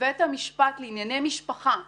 בבית המשפט לענייני משפחה מלכתחילה,